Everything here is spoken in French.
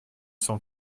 cent